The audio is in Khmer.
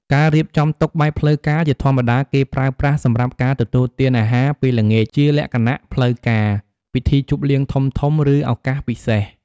ការរៀបចំតុបែបផ្លូវការ ជាធម្មតាគេប្រើប្រាស់សម្រាប់ការទទួលទានអាហារពេលល្ងាចជាលក្ខណៈផ្លូវការ ពិធីជប់លៀងធំៗ ឬឱកាសពិសេស។